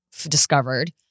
discovered